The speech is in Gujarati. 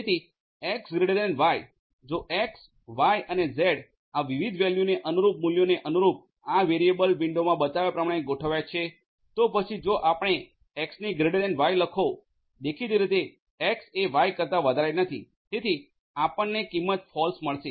તેથી એક્સ ગ્રેટર ધેન વાય જો એક્સ વાય અને ઝેડ આ વિવિધ વેલ્યુને અનુરૂપ મૂલ્યોને અનુરૂપ આ વેરીએબલ વિંડોમાં બતાવ્યા પ્રમાણે ગોઠવાયા છે તો પછી જો આપણે એક્સને ગ્રેટર ધેન વાય લખો દેખીતી રીતે એક્સએ વાય કરતા વધારે નથી તેથી આપણને કિંમત ફોલ્સ મળશે